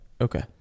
okay